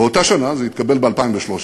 באותה שנה, זה התקבל ב-2013,